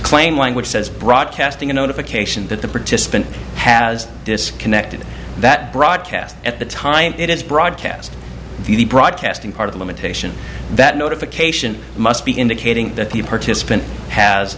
claim language says broadcasting a notification that the participant has disconnected that broadcast at the time it is broadcast broadcasting part of a limitation that notification must be indicating that the participant has